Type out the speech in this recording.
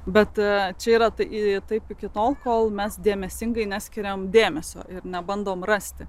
bet čia yra tai taip iki tol kol mes dėmesingai neskiriam dėmesio ir nebandom rasti